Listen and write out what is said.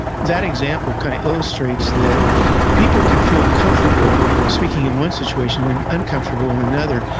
that example kind of illustrates that people can feel comfortable speaking in one situation, and uncomfortable in another,